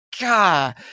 God